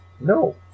No